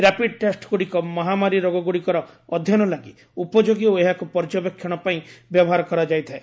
rapid ଟେଷ୍ଟଗୁଡ଼ିକ ମହାମାରୀ ରୋଗ ଗୁଡ଼ିକର ଅଧ୍ୟୟନ ଲାଗି ଉପଯୋଗୀ ଓ ଏହାକୁ ପର୍ଯ୍ୟବେକ୍ଷଣ ପାଇଁ ବ୍ୟବହାର କରାଯାଇଥାଏ